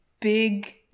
big